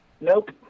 Nope